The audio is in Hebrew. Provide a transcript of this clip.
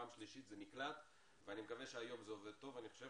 פעם שלישית זה נקלט ואני מקווה שהיום זה עובד טוב ואני חושב